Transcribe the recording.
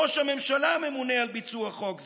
ראש הממשלה ממונה על ביצוע חוק זה,